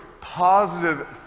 positive